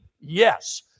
yes